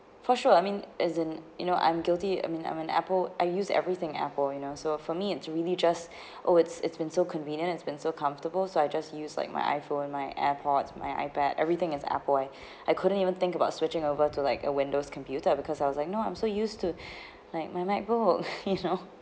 for sure I mean isn't you know I'm guilty I mean I'm an Apple I use everything Apple you know so for me it's really just oh it's it's been so convenient it's been so comfortable so I just use like my I_phone my airpod my I_pad everything is Apple I couldn't even think about switching over to like a Windows computer because I was like no I'm so used to like my macbook you know